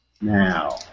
Now